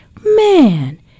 man